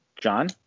John